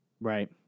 Right